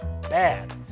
bad